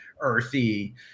earthy